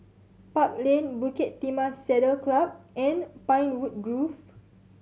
Park Lane Bukit Timah Saddle Club and Pinewood Grove